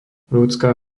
ľudská